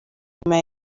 nyuma